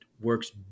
works